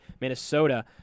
Minnesota